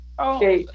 okay